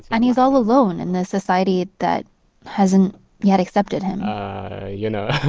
and he's all alone in this society that hasn't yet accepted him you know,